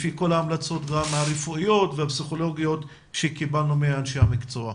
לפי כל ההמלצות הרפואיות והפסיכולוגיות שקיבלנו מאנשי המקצוע.